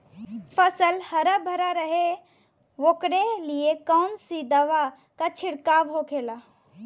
फसल हरा भरा रहे वोकरे लिए कौन सी दवा का छिड़काव होखेला?